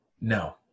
No